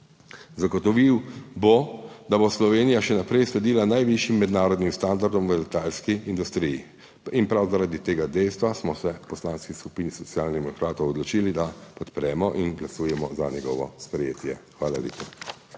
Zagotovil bo, da bo Slovenija še naprej sledila najvišjim mednarodnim standardom v letalski industriji. Prav zaradi tega dejstva smo se v Poslanski skupini Socialnih demokratov odločili, da podpremo in glasujemo za njegovo sprejetje. Hvala lepa.